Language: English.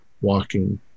walking